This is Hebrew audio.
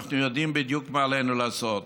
אנחנו יודעים בדיוק מה עלינו לעשות.